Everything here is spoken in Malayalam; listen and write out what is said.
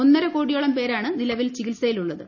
ഒന്നര കോടിയോളം പേരാണ് നിലവിൽ ചികിത്സയിലുള്ളത്